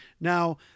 Now